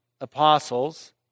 apostles